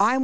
i